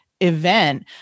event